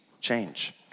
change